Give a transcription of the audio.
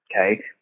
Okay